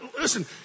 Listen